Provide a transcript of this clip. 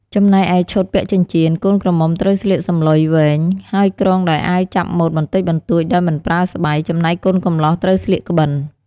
ចំណែកឯឈុតពាក់ចិញ្ចៀនកូនក្រមុំត្រូវស្លៀកសំឡុយវែង ហើយគ្រងដោយអាវចាប់ម៉ូតបន្តិចបន្តួចដោយមិនប្រើស្បៃ ចំណែកកូនកំលោះត្រូវស្លៀកក្បិន។